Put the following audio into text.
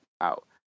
out